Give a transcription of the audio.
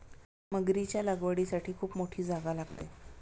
मगरीच्या लागवडीसाठी खूप मोठी जागा लागते